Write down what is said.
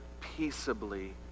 peaceably